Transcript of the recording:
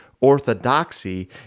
Orthodoxy